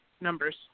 numbers